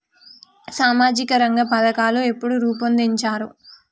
సామాజిక రంగ పథకాలు ఎప్పుడు రూపొందించారు?